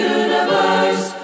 universe